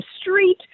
street